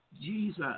Jesus